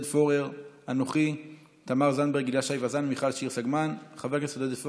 1475, 1478, 1483, 1484,